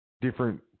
different